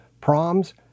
proms